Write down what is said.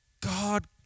God